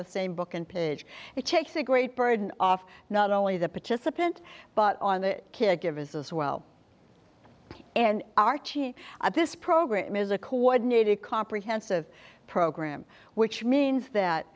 the same book and page it takes a great burden off not only the participant but on the kid give as well and archie this program is a coordinated comprehensive program which means that